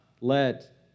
let